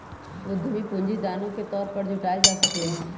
उधमी पूंजी दानो के तौर पर जुटाएल जा सकलई ह